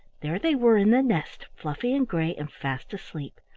there they were in the nest, fluffy and gray, and fast asleep.